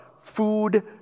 food